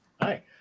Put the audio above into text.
Hi